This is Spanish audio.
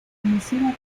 conocida